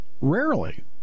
Rarely